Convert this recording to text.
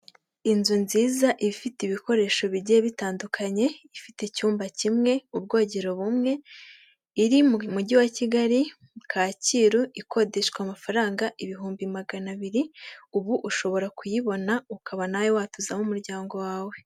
Inzu nziza ifite ibikoresho bigiye bitandukanye, ifite icyumba kimwe, ubwogero bumwe, iri mu Mujyi wa Kigali Kacyiru, ikodeshwa amafaranga ibihumbi magana abiri, ubu ushobora kuyibona ukaba nawe watuzamo umuryango wawe.